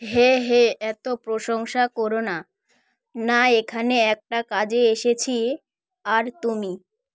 হ্যা হে এতো প্রশংসা করো না না এখানে একটা কাজে এসেছি আর তুমি